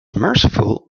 merciful